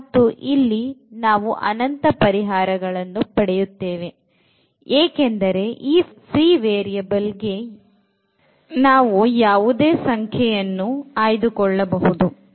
ಮತ್ತು ಇಲ್ಲಿ ನಾವು ಅನಂತ ಪರಿಹಾರಗಳನ್ನು ಪಡೆಯುತ್ತೇವೆ ಏಕೆಂದರೆ ಈ ಫ್ರೀ ವೇರಿಯಬಲ್ ಗೆ ಯಾವುದೇ ಸಂಖ್ಯೆಯನ್ನು ಆಯ್ದುಕೊಳ್ಳಬಹುದು